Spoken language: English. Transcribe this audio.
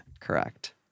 Correct